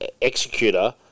Executor